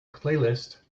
playlist